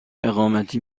اقامتی